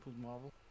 Marvel